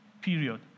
period